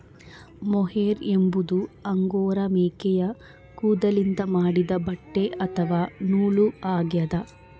mohair ಎಂಬುದು angora ಮೇಕೆಯ ಕೂದಲಿನಿಂದ ಮಾಡಿದ ಬಟ್ಟೆ ಅಥವಾ ನೂಲು ಆಗ್ಯದ